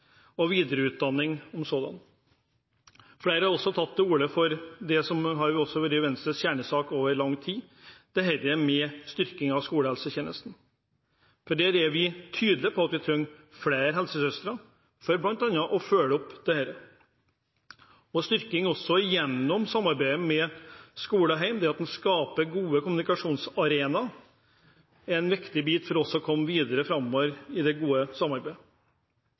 og videreutdanning som sådan. Flere har tatt til orde for det som også har vært Venstres kjernesak over lang tid, styrking av skolehelsetjenesten. Vi er tydelige på at vi trenger flere helsesøstre for bl.a. å følge opp dette. En styrking også av samarbeidet mellom skole og hjem, det at en skaper gode kommunikasjonsarenaer, er en viktig bit for å komme videre.